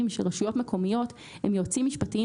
של רשויות מקומיות הם יועצים משפטיים